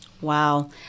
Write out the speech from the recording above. Wow